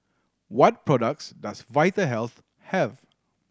what products does Vitahealth have